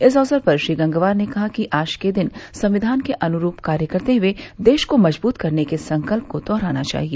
इस अवसर पर श्री गंगवार ने कहा कि आज के दिन संविधान के अनुरूप कार्य करते हुए देश को मजबूत करने के संकल्प को दोहराना चाहिए